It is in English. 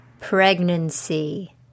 Pregnancy